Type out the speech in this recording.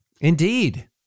Indeed